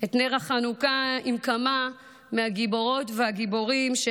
את נר החנוכה עם כמה מהגיבורות והגיבורים של